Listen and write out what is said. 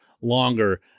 longer